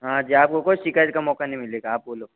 हाँ जी आपको कोई शिकायत का मौका नहीं मिलेगा आप बोलो